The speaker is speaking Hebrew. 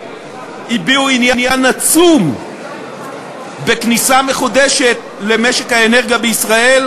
הביעו עניין עצום בכניסה מחודשת למשק האנרגיה בישראל,